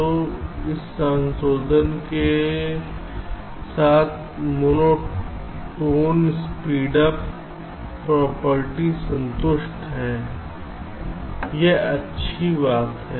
तो इस संशोधन के साथ मोनोटोन स्पीडअप प्रॉपर्टी संतुष्ट है यह अच्छी बात है